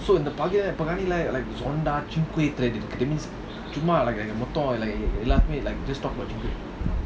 so இதபார்க்கைலபாதிலசொன்னா:idhu parkaila pathila sonna like just talk about சும்மாஎல்லோருக்குமேபயம்:summa ellorukume bayam you know